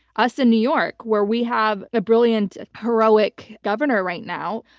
us in new york where we have a brilliant heroic governor right now,